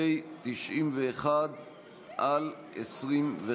פ/91/25.